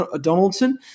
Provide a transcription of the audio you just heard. Donaldson